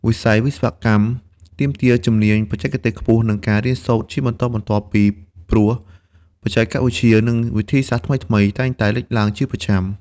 វិស័យវិស្វកម្មទាមទារ ជំនាញបច្ចេកទេសខ្ពស់ និងការរៀនសូត្រជាបន្តបន្ទាប់ពីព្រោះបច្ចេកវិទ្យា និងវិធីសាស្រ្តថ្មីៗតែងតែលេចឡើងជាប្រចាំ។